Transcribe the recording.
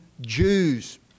Jews